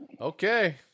Okay